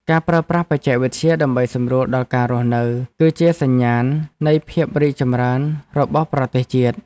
ការប្រើប្រាស់បច្ចេកវិទ្យាដើម្បីសម្រួលដល់ការរស់នៅ គឺជាសញ្ញាណនៃភាពរីកចម្រើនរបស់ប្រទេសជាតិ។